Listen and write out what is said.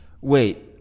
Wait